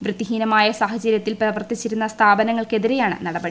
വ്യത്തിഹീനമായ സാഹചര്യത്തിൽ പ്രവർത്തിച്ച സ്ഥാപനങ്ങൾക്കെതിരെയാണ് നടപടി